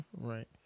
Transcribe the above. Right